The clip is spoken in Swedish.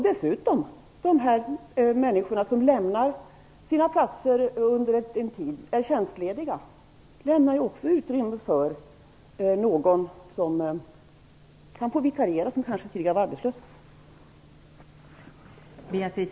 Dessutom lämnar dessa människor sina platser under den tid som de är tjänstlediga, vilket också ger utrymme för en vikarie som tidigare kanske har varit arbetslös.